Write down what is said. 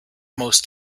most